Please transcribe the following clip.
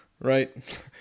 right